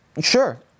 sure